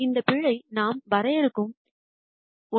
இந்த பிழை நாம் வரையறுக்கும் ஒன்று